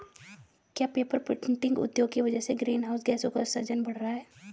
क्या paper printing उद्योग की वजह से ग्रीन हाउस गैसों का उत्सर्जन बढ़ रहा है?